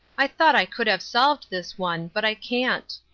i thought i could have solved this one, but i can't.